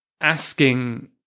asking